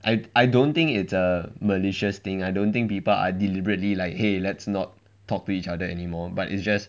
I I don't think it's a malicious thing I don't think people are deliberately like !hey! let's not talk to each other anymore but it's just